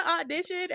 audition